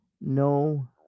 No